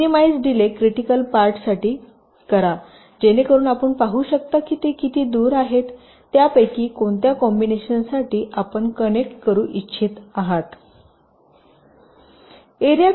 minimise delay critical पार्टसाठी करा जेणेकरून आपण पाहू शकता की ते किती दूर आहेत यापैकी कोणत्याही कॉम्बिनेशन साठी आपण कनेक्ट करू इच्छित पॉईंट